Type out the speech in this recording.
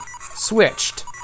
Switched